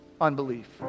unbelief